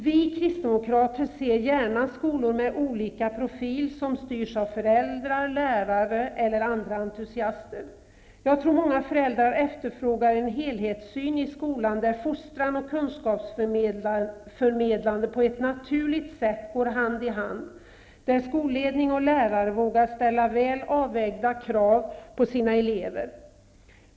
Vi kristdemokrater ser gärna skolor med olika profil som styrs av föräldrar, lärare eller andra entusiaster. Jag tror många föräldrar efterfrågar en helhetssyn i skolan där fostran och kunskapsförmedlande på ett naturligt sätt går hand i hand och där skolledning och lärare vågar ställa väl avvägda krav på sina elever.